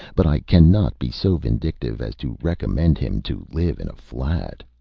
but i cannot be so vindictive as to recommend him to live in a flat.